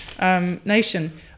nation